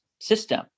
system